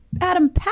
adam